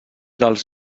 dels